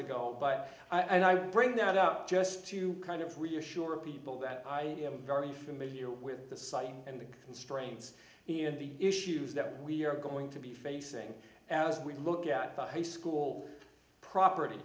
ago but i'm bringing that up just to kind of reassure people that i am very familiar with the site and the constraints in the issues that we are going to be facing as we look at the high school property